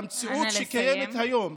המציאות שקיימת היום,